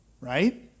Right